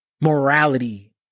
morality